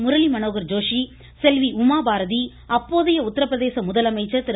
முரளி மனோகர் ஜோஷி செல்வி உமா பாரதி அப்போதைய உத்தரப்பிரதேச முதலமைச்சர் திரு